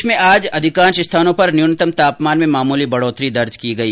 प्रदेश में आज अधिकांश स्थानों पर न्यूनतम तापमान में मामूली बढ़ोतरी दर्ज की गई